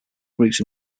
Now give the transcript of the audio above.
groups